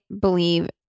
believe